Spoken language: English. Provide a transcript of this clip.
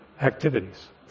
activities